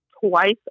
twice